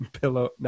pillow